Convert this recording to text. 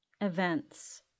events